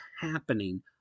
happening